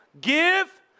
Give